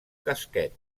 casquet